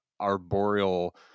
arboreal